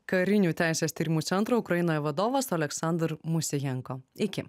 karinių teisės tyrimų centro ukrainoje vadovas oleksandras moisejenko iki